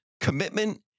commitment